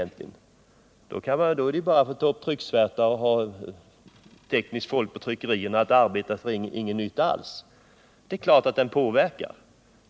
Det skulle innebära att man använde trycksvärta och låter tekniskt folk på tryckerierna arbeta till ingen nytta alls. Det är klart att reklamen påverkar.